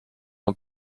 ans